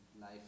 life